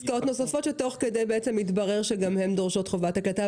עסקאות נוספות שתוך כדי מתברר שגם הן דורשות חובת הקלטה.